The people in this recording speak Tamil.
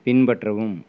பின்பற்றவும்